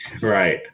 Right